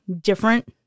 different